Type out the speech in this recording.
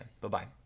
Bye-bye